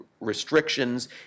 restrictions